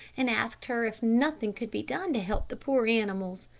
and asked her if nothing could be done to help the poor animals.